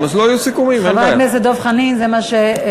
חבר הכנסת נסים זאב, לשבת בבקשה.